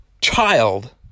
child